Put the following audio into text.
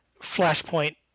Flashpoint